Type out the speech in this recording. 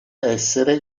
essere